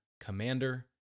commander